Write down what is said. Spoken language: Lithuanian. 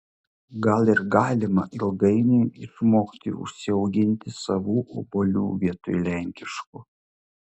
gal ir galima ilgainiui išmokti užsiauginti savų obuolių vietoj lenkiškų